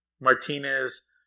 Martinez